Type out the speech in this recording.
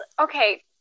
okay